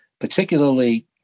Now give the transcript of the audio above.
particularly